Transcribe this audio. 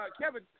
Kevin –